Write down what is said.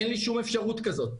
אין לי שום אפשרות כזו.